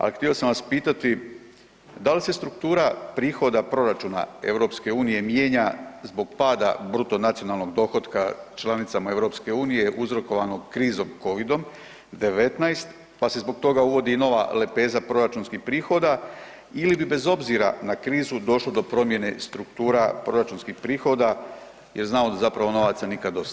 A htio sam vas pitati, da li se struktura prihoda proračuna EU mijenja zbog pada bruto nacionalnog dohotka članicama EU uzrokovanog krizom covidom-19 pa se zbog toga uvodi nova lepeza proračunskih prihoda ili bi bez obzira na krizu došlo do promjene struktura proračunskih prihoda jer znamo da zapravo novaca nikad dosta?